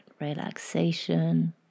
relaxation